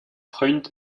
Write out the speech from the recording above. freud